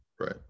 right